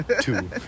two